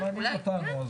אבל זה מעניין אותנו.